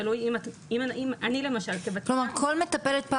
תלוי אם את --- כלומר כל מטפלת פרא